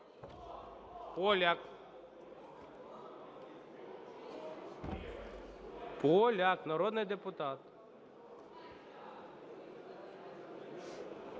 Поляк. Поляк, народний депутат.